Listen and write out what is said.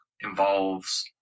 involves